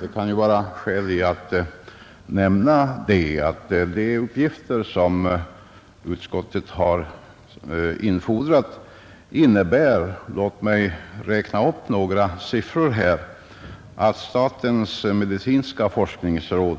Det kan vara skäl att här erinra om att de uppgifter som utskottet infordrat innebär — låt mig räkna upp några siffror — att statens medicinska forskningsråd